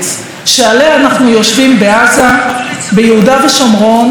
שעליה אנחנו יושבים בעזה וביהודה ושומרון.